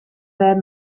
wer